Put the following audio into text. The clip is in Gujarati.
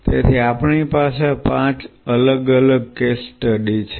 તેથી આપણી પાસે 5 અલગ અલગ કેસ સ્ટડી છે